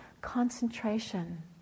concentration